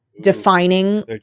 defining